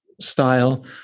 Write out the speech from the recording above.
style